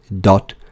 dot